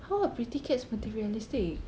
how are pretty cats materialistic